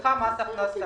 ולך מס הכנסה.